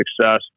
success